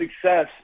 success